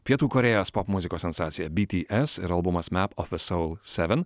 pietų korėjos popmuzikos sensacija bts ir albumas map of the soul seven